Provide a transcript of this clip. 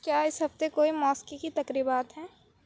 کیا اس ہفتے کوئی موسیقی کی تقریبات ہیں